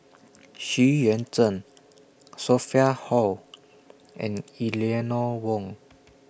Xu Yuan Zhen Sophia Hull and Eleanor Wong